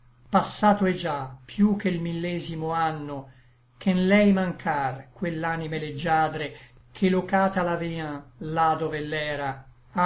passato è già piú che l millesimo anno che n lei mancr quell'anime leggiadre che locata l'avean là dov'ell'era